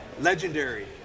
legendary